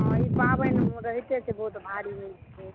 हँ ई पाबनि रहिते छै बहुत भारी होइ छै